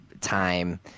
time